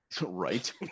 Right